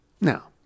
Now